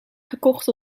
gekocht